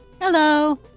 Hello